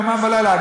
יומם ולילה.